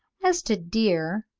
as to deer,